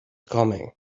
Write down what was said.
coming